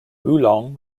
oolong